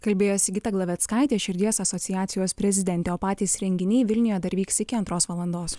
kalbėjo sigita glaveckaitė širdies asociacijos prezidentė o patys renginiai vilniuje dar vyks iki antros valandos